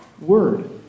word